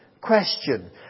question